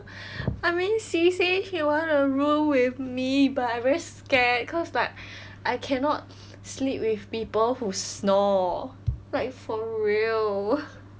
I mean C say she want to room with me but I very scared cause like I cannot sleep with people who snore like for real